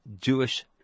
Jewish